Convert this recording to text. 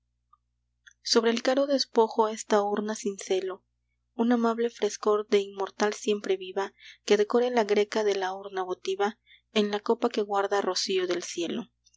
sobre el caro despojo esta urna cincelo un amable frescor de inmortal siempreviva que decore la greca de la urna votiva en la copa que guarda rocío del cielo